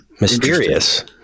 mysterious